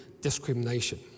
discrimination